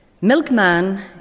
Milkman